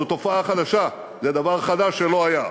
זו תופעה חדשה, זה דבר חדש, שלא היה.